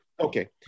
Okay